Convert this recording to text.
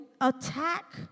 attack